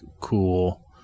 cool